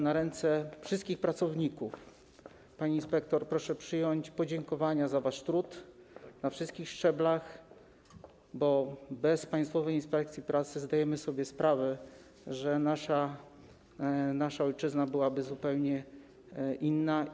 Na ręce wszystkich pracowników, pani inspektor, proszę przyjąć podziękowania za wasz trud na wszystkich szczeblach, bo bez Państwowej Inspekcji Pracy, zdajemy sobie sprawę, nasza ojczyzna byłaby zupełnie inna.